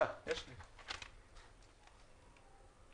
מאיפה אני אחזיר את